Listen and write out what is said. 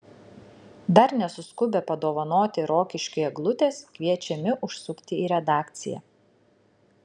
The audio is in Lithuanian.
dar nesuskubę padovanoti rokiškiui eglutės kviečiami užsukti į redakciją